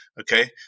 okay